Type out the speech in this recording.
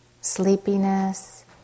sleepiness